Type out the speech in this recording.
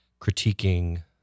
critiquing